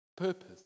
Purpose